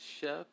Chef